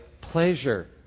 pleasure